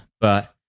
But-